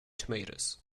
tomatoes